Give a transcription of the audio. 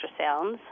ultrasounds